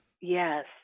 Yes